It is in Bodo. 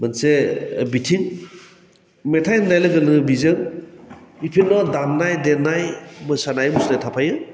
मोनसे बिथिं मेथाइ होन्नाय लोगोनो बिजों जिखुनु दामनाय देन्नाय मोसानाय बुस्थुआ थाफायो